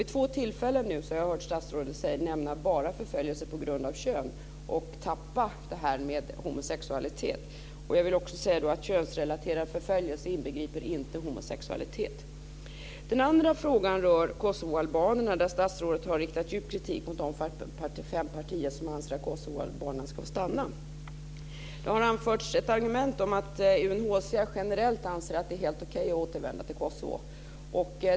Vid två tillfällen har jag hört statsrådet nämna bara förföljelse på grund av kön och tappa detta med homosexualitet. Jag vill då också säga att könsrelaterad förföljelse inte inbegriper homosexualitet. Den andra frågan rör kosovoalbanerna. Statsrådet har riktat djup kritik mot de fem partier som anser att kosovoalbanerna ska få stanna. Argument har anförts om att UNHCR generellt anser att det är helt okej att återvända till Kosovo.